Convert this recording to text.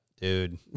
dude